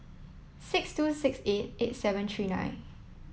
six two six eight eight seven three nine